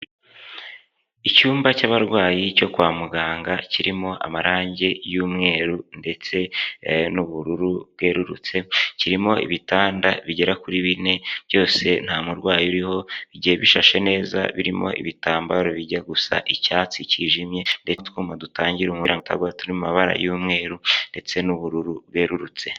Icyumba cy'abarwayi cyo kwa muganga kirimo amarangi y'umweru ndetse n'ubururu bwerurutse. Kirimo ibitanda bigera kuri bine, byose nta murwayi ubiriho bigiye bishashe neza; birimo ibitambaro bijya gusa icyatsi cyijimye, ndetse n'utwuma dutangira umuntu ngo atagwa, turi mu mabara y'umweru ndetse n'ubururu bwerurutse.